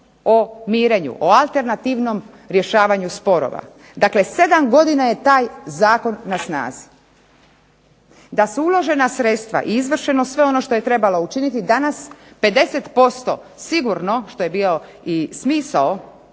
o mirenju, o alternativnom rješavanju sporova, dakle 7 godina je taj Zakon na snazi. DA su uložena sredstva i izvršeno sve ono što je trebalo učiniti danas, 50% sigurno što je bio smisao